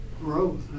Growth